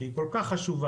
שהיא כל כך חשובה,